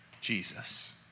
Jesus